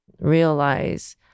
realize